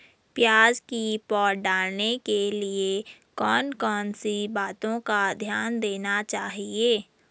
प्याज़ की पौध डालने के लिए कौन कौन सी बातों का ध्यान देना चाहिए?